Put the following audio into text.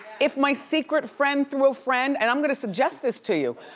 if my secret friend through a friend, and i'm gonna suggest this to you,